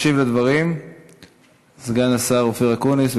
ישיב על הדברים סגן השר אופיר אקוניס.